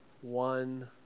one